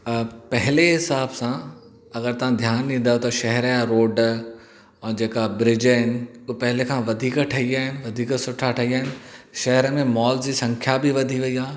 त पहले हिसाब सां अगरि तव्हां ध्यान ॾींदो त शहरु या रोड अऊं जेका ब्रीज आहिनि उहे पहले खां वधीक ठही विया आइन वधीक सुठा ठही विया आहिनि शहर में मॉल जी संख्या बि वधी वई आहे